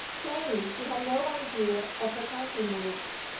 plainly he had no idea of her countermoves.